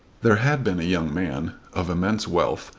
there had been a young man, of immense wealth,